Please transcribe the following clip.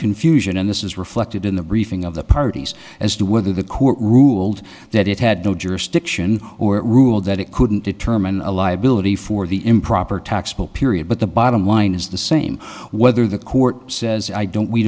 confusion and this is reflected in the briefing of the parties as to whether the court ruled that it had no jurisdiction or ruled that it couldn't determine a liability for the improper taxable period but the bottom line is the same whether the court says i don't we